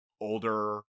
older